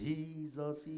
Jesus